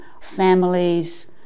families